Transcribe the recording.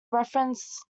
reference